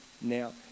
now